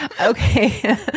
Okay